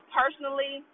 personally